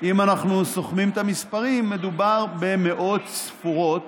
אם אנחנו סוכמים את המספרים, מדובר במאות ספורות